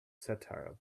satire